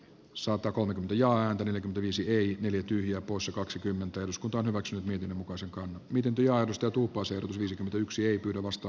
satakolmekymmentä ja häntä tulisi ei ylity lopussa kaksikymmentä eduskunta hyväksyi mietinnön koska niiden diagnostoituu poser viisikymmentäyksi ei pyydä vasta